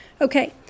Okay